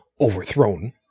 overthrown